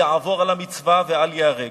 יעבור על המצווה ואל ייהרג.